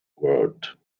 world